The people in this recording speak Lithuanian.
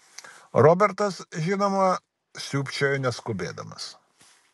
robertas žinoma sriūbčiojo neskubėdamas